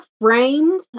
framed